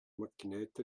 macchinetta